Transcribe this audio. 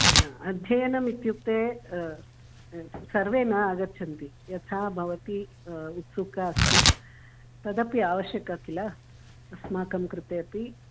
ह अध्ययनम् इत्युक्ते सर्वे न आगच्छन्ति यथा भवती उत्सुका अस्ति तदपि आवश्यकं किल अस्माकं कृते अपि